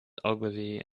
ogilvy